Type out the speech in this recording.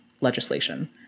legislation